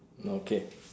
okay